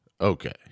Okay